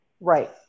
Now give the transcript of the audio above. right